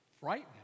frightening